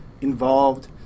involved